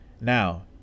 Now